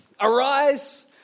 arise